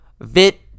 vit